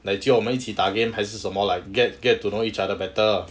like jio 我们一起打 game 还是什么 like get get to know each other better lah